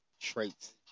traits